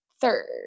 third